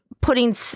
putting